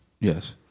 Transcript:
yes